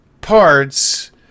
parts